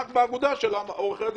רק באגודה של עורכי דין.